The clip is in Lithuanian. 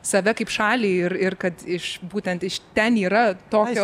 save kaip šalį ir ir kad iš būtent iš ten yra tokio